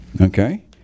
Okay